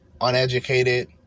uneducated